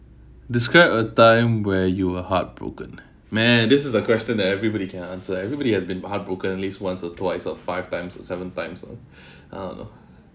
describe a time where you were heartbroken man this is a question that everybody can answer everybody has been heartbroken at least once or twice or five times or seven times so uh